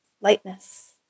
lightness